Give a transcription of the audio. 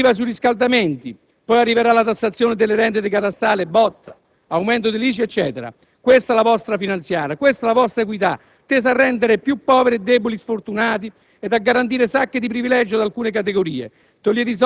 più IVA sui riscaldamenti, poi arriverà la tassazione delle rendite catastali, BOT, aumento dell'ICI. Questa la vostra finanziaria, questa la vostra equità, tesa a rendere sempre più poveri e deboli i più sfortunati e a garantire sacche di privilegio ad alcune categorie.